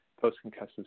post-concussive